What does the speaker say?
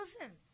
listen